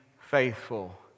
faithful